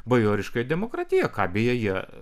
bajoriška demokratija ką beje jie